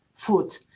food